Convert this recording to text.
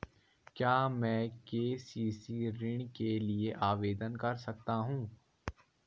क्या मैं के.सी.सी ऋण के लिए आवेदन कर सकता हूँ?